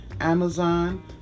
Amazon